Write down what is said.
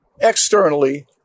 externally